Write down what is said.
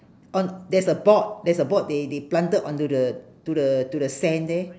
on there's a board there's a board they they planted onto the to the to the sand there